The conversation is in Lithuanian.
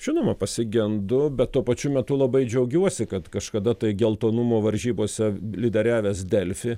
žinoma pasigendu bet tuo pačiu metu labai džiaugiuosi kad kažkada tai geltonumo varžybose lyderiavęs delfi